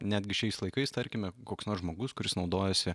netgi šiais laikais tarkime koks nors žmogus kuris naudojasi